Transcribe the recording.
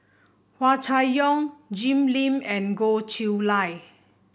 Hua Chai Yong Jim Lim and Goh Chiew Lye